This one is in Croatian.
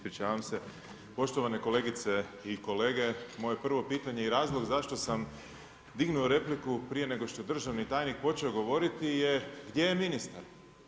Poštovane kolegice i kolege, moje prvo pitanje i razlog zašto sam dignuo repliku prije nego što je državni tajnik počeo govoriti je, gdje je ministar?